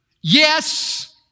Yes